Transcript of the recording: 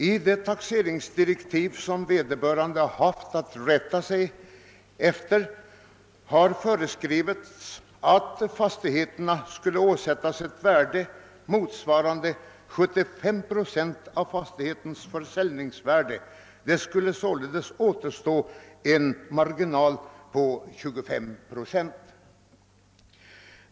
I de taxeringsdirektiv man har haft att rätta sig efter har föreskrivits att fastigheterna skall åsättas ett värde motsvarande 75 procent av deras försäljningsvärde; det skulle således återstå en marginal på 25 procent.